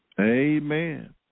Amen